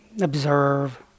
observe